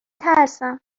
ترسم